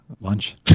Lunch